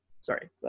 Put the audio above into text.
sorry